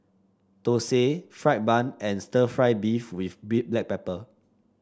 thosai fried bun and stir fry beef with Black Pepper